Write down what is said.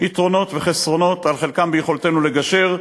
יתרונות וחסרונות, על חלקם ביכולתנו לגשר,